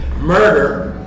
murder